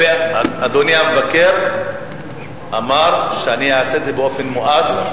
אדוני המבקר אמר: אני אעשה את זה באופן מואץ,